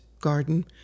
garden